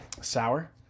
sour